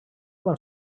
van